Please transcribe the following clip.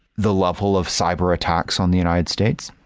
the level of cyber-attacks on the united states?